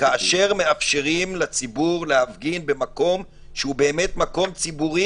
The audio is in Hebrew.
כאשר מאפשרים לציבור להפגין במקום ציבורי,